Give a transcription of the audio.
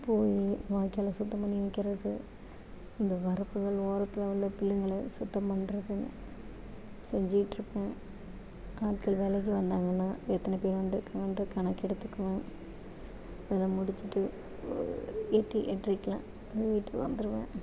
போய் வாய்க்காலை சுத்தம் பண்ணி வைக்கிறது அந்த வரப்புகள் ஓரத்தில் உள்ள புல்லுங்களை சுத்தம் பண்ணுறது செஞ்சிட்டுருப்பேன் ஆட்கள் வேலைக்கு வந்தாங்கன்னா எத்தனை பேர் வந்துருக்காங்கன்ற கணக்கு எடுத்துக்குவேன் அதை முடிச்சிவிட்டு ஒ எட்டு எட்ரைக்குலாம் வீட்டுக்கு வந்துருவேன்